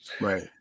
Right